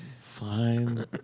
Fine